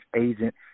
agent